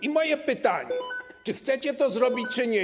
I moje pytanie: Czy chcecie to zrobić czy nie?